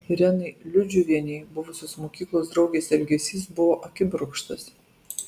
irenai liudžiuvienei buvusios mokyklos draugės elgesys buvo akibrokštas